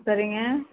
சரிங்க